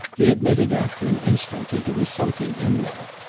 he admitted after an instant that there was something in that.